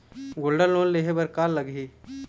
Gold loan लेहे बर का लगही?